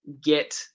get